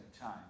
time